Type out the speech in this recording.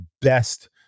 best